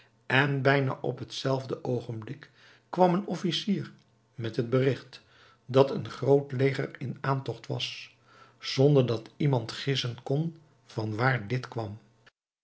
en bijna op het zelfde oogenblik kwam een officier met het berigt dat een groot leger in aantogt was zonder dat iemand gissen kon van waar dit kwam